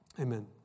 Amen